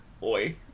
Boy